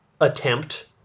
attempt